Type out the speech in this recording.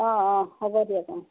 অ' অ' হ'ব দিয়ক অ'